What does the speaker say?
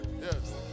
Yes